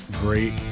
great